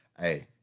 Hey